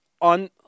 on